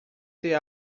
ter